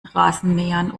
rasenmähern